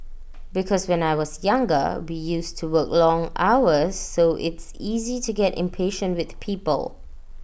because when I was younger we used to work long hours so it's easy to get impatient with people